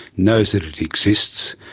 knows that it exists.